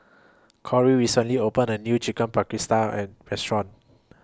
Cori recently opened A New Chicken Paprikas Restaurant